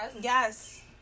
Yes